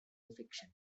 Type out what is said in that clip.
fiction